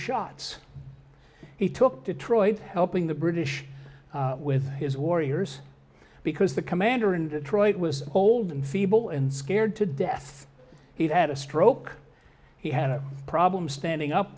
shots he took detroit helping the british with his warriors because the commander in detroit was old and feeble and scared to death he had a stroke he had a problem standing